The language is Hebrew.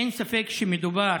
אין ספק שמדובר